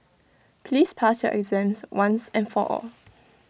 please pass your exams once and for all